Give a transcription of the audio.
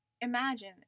Imagine